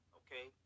okay